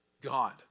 God